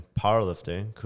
powerlifting